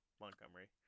Montgomery